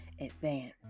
advance